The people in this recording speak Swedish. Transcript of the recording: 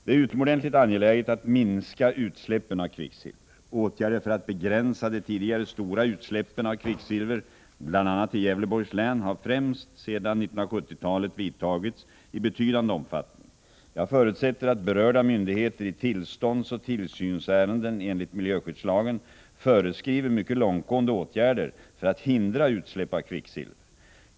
Det är utomordentligt angeläget att minska utsläppen av kvicksilver. Åtgärder för att begränsa de tidigare stora utsläppen av kvicksilver, bl.a. i Gävleborgs län, har främst sedan 1970-talet vidtagits i betydande omfattning. Jag förutsätter att berörda myndigheter i tillståndsoch tillsynsärenden enligt miljöskyddslagen föreskriver mycket långtgående åtgärder för att hindra utsläpp av kvicksilver.